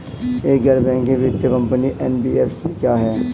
एक गैर बैंकिंग वित्तीय कंपनी एन.बी.एफ.सी क्या है?